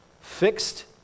fixed